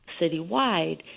citywide